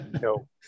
No